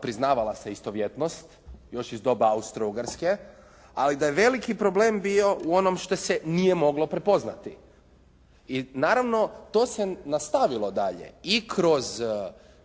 priznavala istovjetnost još iz doba Austrougarske, ali da je veliki problem bio u onom šta se nije moglo prepoznati i naravno to se nastavilo dalje i kroz